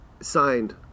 signed